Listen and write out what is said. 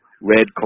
red